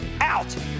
out